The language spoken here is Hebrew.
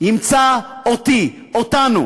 ימצא אותי, אותנו.